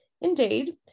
Indeed